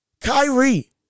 Kyrie